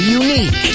unique